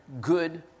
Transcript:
good